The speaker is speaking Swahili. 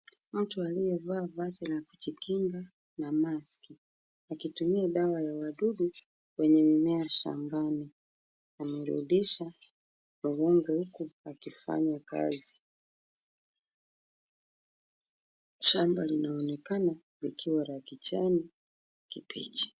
Mtu anaye vaa vazi la kujikinga na maski, akitumia dawa ya wadudu kwenye mimea shambani. Anarudisha wawili huku wakifanya kazi. Shamba linaonekana likiwa la kijani kibichi.